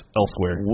elsewhere